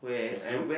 zoo